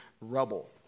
rubble